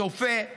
מצפה,